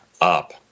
up